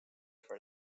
for